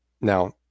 Now